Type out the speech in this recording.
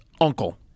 uncle